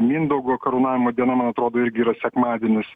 mindaugo karūnavimo diena man atrodo irgi yra sekmadienis